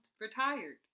retired